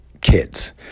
kids